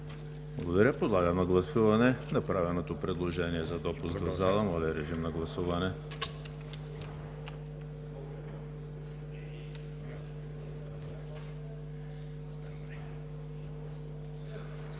Благодаря. Подлагам на гласуване направеното предложение за допуск в залата. Моля, режим на гласуване. Гласували